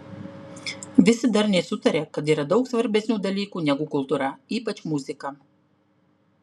visi darniai sutaria kad yra daug svarbesnių dalykų negu kultūra ypač muzika